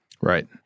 Right